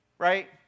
Right